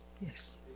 yes